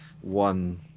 one